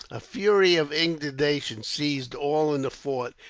a fury of indignation seized all in the fort,